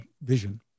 vision